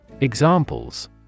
Examples